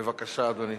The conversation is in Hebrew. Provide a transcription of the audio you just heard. בבקשה, אדוני.